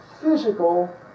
physical